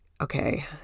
okay